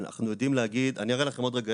אני אראה לכם עוד רגע.